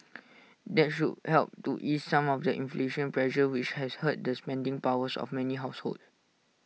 that should help to ease some of the inflation pressure which has hurt the spending power of many households